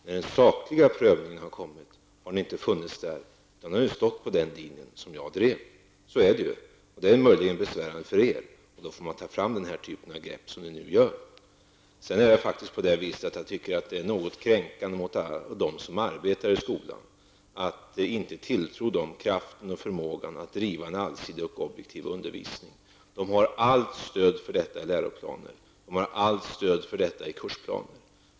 När den sakliga prövningen kom, stod ni på den linje som jag drev. Så är det. Det är möjligen besvärande för er, och ni får därför ta fram den typ av grepp som ni nu använder. Det är något kränkande mot alla dem som arbetar i skolan att man inte tilltror dem kraften och förmågan att driva en allsidig och objektiv undervisning. De har allt stöd för detta i läroplanen och i kursplaner.